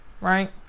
right